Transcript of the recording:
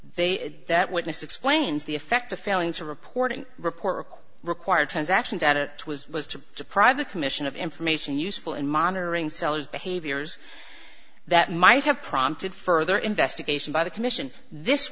they that witness explains the effect of failing to reporting report required transaction that it was was to deprive the commission of information useful in monitoring seller's behaviors that might have prompted further investigation by the commission this